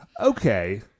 Okay